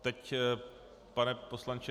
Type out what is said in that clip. Teď ne, pane poslanče.